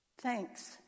Thanks